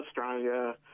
Australia